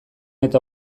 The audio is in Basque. eta